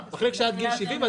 שוב.